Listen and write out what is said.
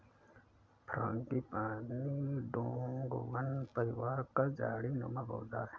frangipani डोंगवन परिवार का झाड़ी नुमा पौधा है